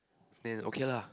then okay lah